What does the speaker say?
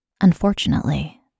Unfortunately